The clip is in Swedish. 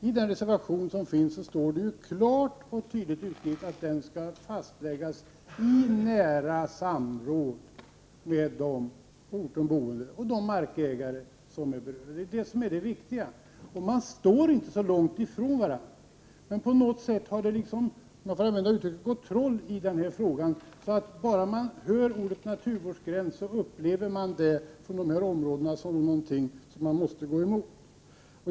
I den reservation som föreligger står det ju klart och tydligt angivet att den skall fastläggas i nära samråd med de på orten boende och de markägare som är berörda. Det är detta som är det viktiga, och man står inte så långt ifrån varandra. Men på något sätt har det — om jag får använda uttrycket — gått troll i den här frågan. Bara man hör ordet naturvårdsgräns, upplever man det i dessa områden som någonting som man måste gå emot.